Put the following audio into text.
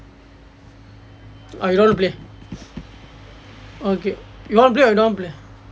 oh you don't want to play okay you want to play or you don't want to play